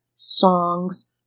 songs